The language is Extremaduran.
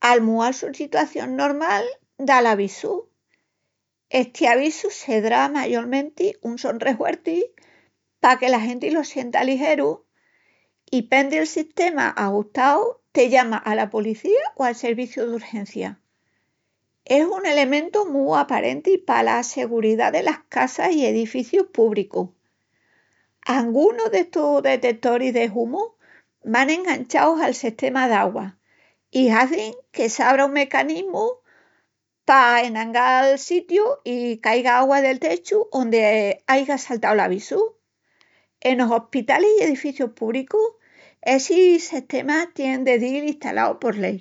al mual su sitación normal da'l avisu. Esti avisu sedrá mayolmenti un son rehuerti paque la genti lo sienta ligeru i pendi'l sistema ajustau te llama ala policía o al serviciu d'urgencias. Es un elementu mu aparenti pala seguridá delas casa i edificius púbricus. Argunus d'estus detetoris de humu van enganchaus al sistema d'augua i hazin que s'abra un mecanismu pa enagal sitiu i caiga agua del techu ondi aiga saltau l'avisu, enos ospitalis i edificius púbricus essi sistema tien de dil istalau por lei.